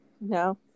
no